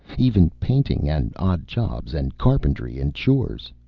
even painting and odd jobs and carpentry and chores.